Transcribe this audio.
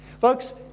Folks